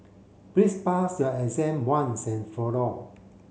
please pass your exam once and for all